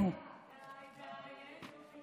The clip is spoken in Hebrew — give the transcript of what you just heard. די דיינו.